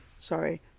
Sorry